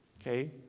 okay